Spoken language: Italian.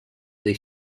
dei